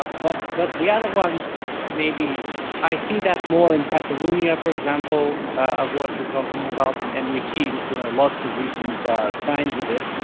ah but but, the other ones maybe i see that more in catalonia for example, of what you're talking about and and we see lots of recent signs of it.